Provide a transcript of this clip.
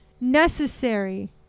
necessary